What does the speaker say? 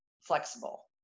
flexible